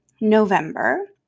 November